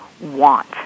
want